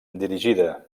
dirigida